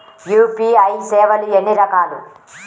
UPI సేవలు ఎన్నిరకాలు?